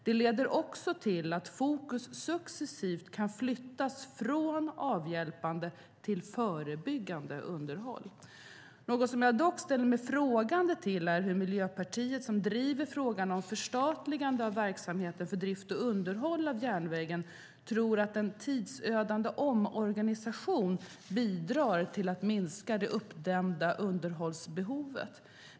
Det leder också till att fokus successivt kan flyttas från avhjälpande till förebyggande underhåll. Något som jag dock ställer mig frågande till är hur Miljöpartiet, som driver frågan om förstatligande av verksamheten för drift och underhåll av järnvägen, tror att en tidsödande omorganisation bidrar till att minska det uppdämda underhållsbehovet.